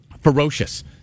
Ferocious